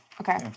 Okay